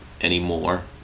anymore